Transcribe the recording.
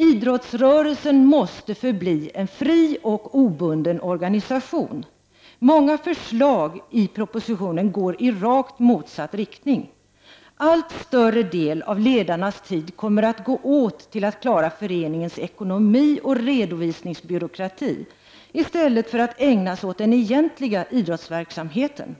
Idrottsrörelsen måste förbli en fri och obunden organisation. Många förslag i propositionen går i rakt motsatt riktning. Allt större del av ledarnas tid kommer att gå åt till att klara föreningens ekonomi och redovisningsbyråkrati i stället för att ägnas åt den egentliga id — Prot. 1989/90:140 rottsverksamheten.